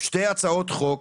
שתי הצעות חוק,